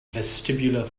vestibular